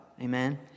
Amen